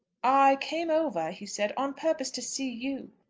i came over, he said, on purpose to see you.